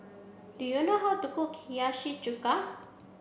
do you know how to cook Hiyashi chuka